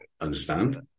understand